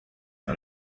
and